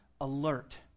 alert